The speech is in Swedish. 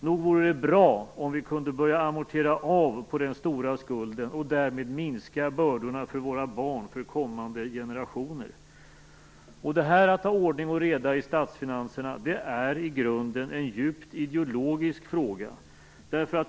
Nog vore det bra om vi kunde börja amortera av på den stora skulden och därmed minska bördorna för våra barn, för kommande generationer. Att ha ordning och reda i statsfinanserna är i grunden en djupt ideologisk fråga.